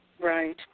Right